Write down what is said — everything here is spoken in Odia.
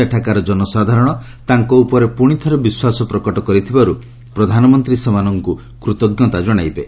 ସେଠାକାର ଜନସାଧାରଣ ତାଙ୍କ ଉପରେ ପୁଣି ଥରେ ବିଶ୍ୱାସ ପ୍ରକଟ କରିଥିବାରୁ ପ୍ରଧାନମନ୍ତ୍ରୀ ସେମାନଙ୍କୁ କୃତଜ୍ଞତା କଶାଇବେ